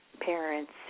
parents